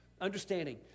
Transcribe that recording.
Understanding